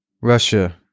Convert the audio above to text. Russia